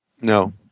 No